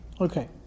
Okay